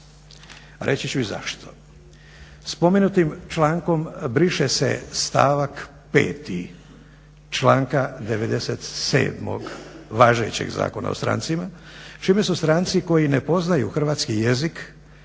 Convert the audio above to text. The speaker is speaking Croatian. Reći ću i zašto. Spomenutim člankom briše se stavak 5.članka 97.važećeg zakona o strancima, čime su stranci koji ne poznaju hrvatski jezik